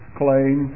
claim